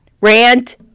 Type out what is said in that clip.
rant